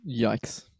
Yikes